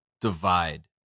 divide